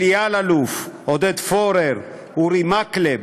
אלי אלאלוף, עודד פורר, אורי מקלב,